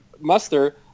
muster